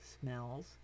smells